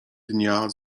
dnia